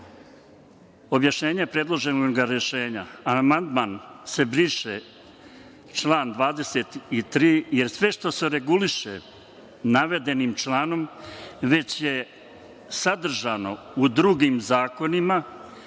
Objašnjenje predloženog rešenja